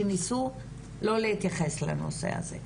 שניסו לא להתייחס לנושא הזה.